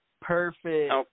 Perfect